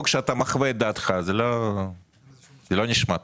שאתה חווה את דעתך זה לא נשמע טוב.